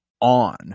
on